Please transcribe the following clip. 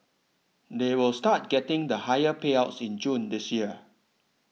they will start getting the higher payouts in June this year